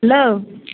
hello